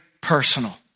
personal